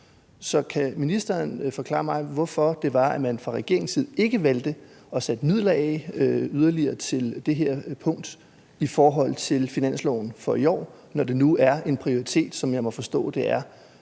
Så kan ministeren forklare mig, hvorfor man fra regeringens side ikke valgte at sætte yderligere midler af til det her punkt på finansloven for i år, når det nu er en prioritet, som jeg må forstå det er,